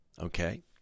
Okay